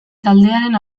taldearen